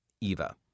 Eva